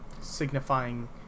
signifying